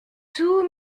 tous